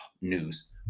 news